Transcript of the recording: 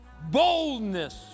boldness